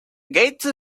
gates